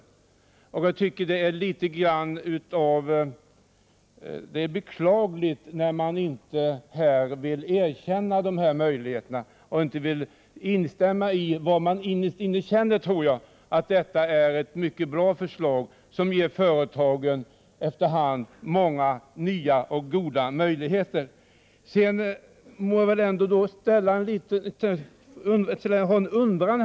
Jag tycker att det är beklagligt att man här inte vill erkänna att dessa möjligheter skapas och att man inte vill ge uttryck för det som jag tror att man innerst inne känner, nämligen att detta är ett mycket bra förslag, som efter hand ger företagen många nya och goda möjligheter. Sedan må jag väl ha en undran.